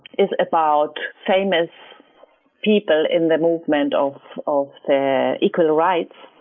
is about famous people in the movement of of the equal rights.